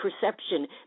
perception